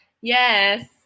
Yes